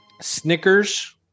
snickers